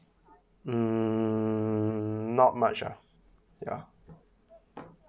mm not much uh ya